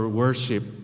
worship